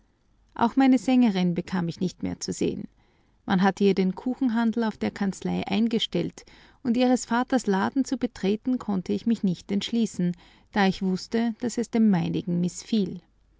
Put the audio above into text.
auch meine sängerin bekam ich nicht mehr zu sehen man hatte ihr den kuchenhandel auf der kanzlei eingestellt und ihres vaters laden zu betreten konnte ich mich nicht entschließen da ich wußte daß es dem meinigen mißfiel